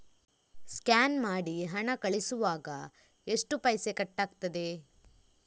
Scan ಮಾಡಿ ಹಣ ಕಳಿಸುವಾಗ ಎಷ್ಟು ಪೈಸೆ ಕಟ್ಟಾಗ್ತದೆ?